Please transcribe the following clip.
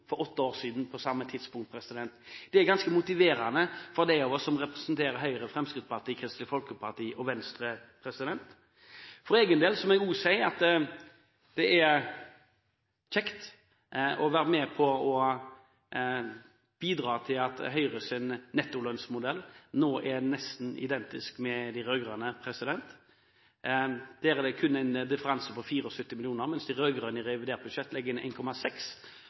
for åtte år siden. Det er ganske motiverende for dem av oss som representerer Høyre, Fremskrittspartiet, Kristelig Folkeparti og Venstre. For egen del må jeg også si at det er kjekt å være med på å bidra til at Høyres nettolønnsmodell nå er nesten identisk med de rød-grønnes. Der er det kun en differanse på 74 mill. kr. Mens de rød-grønne i revidert budsjett legger inn